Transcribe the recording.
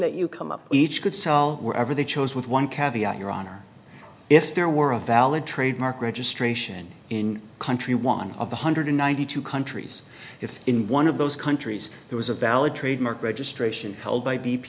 that you come up each could sell wherever they chose with one caveat your honor if there were a valid trademark registration in country one of the hundred ninety two countries if in one of those countries there was a valid trademark registration held by b